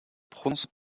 prononcent